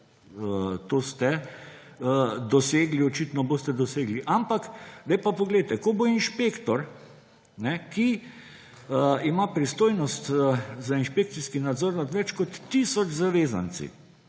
to ste dosegli, očitno boste dosegli, ampak, zdaj pa poglejte, ko bo inšpektor, ki ima pristojnost za inšpekcijski nadzor nad več kot tisoč zavezanci,